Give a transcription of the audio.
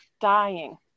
dying